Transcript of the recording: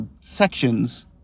sections